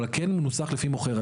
אבל, הוא כן מנוסח לפי מוכר.